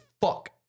fuck